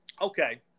okay